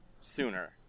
sooner